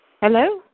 Hello